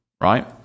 right